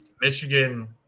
Michigan